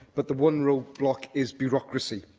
but the one roadblock is bureaucracy.